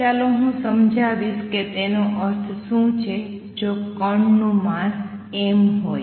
ચાલો હું સમજાવીશ કે તેનો અર્થ શું છે જો કણ નું માસ m હોય